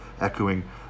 echoing